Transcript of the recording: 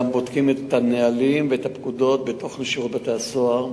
גם בודקים את הנהלים ואת הפקודות בתוך שירות בתי-הסוהר.